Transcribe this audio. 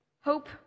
Hope